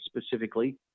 specifically